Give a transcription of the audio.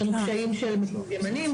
יש קשיים תרבותיים,